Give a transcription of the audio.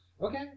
Okay